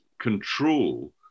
control